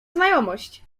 znajomość